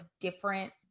different